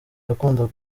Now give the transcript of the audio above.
yakundaga